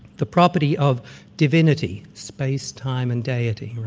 the property of divinity, space, time, and deity.